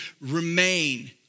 remain